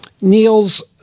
Niels